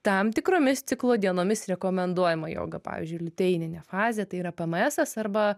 tam tikromis ciklo dienomis rekomenduojama joga pavyzdžiui liuteininė fazė tai yra pėmėesas arba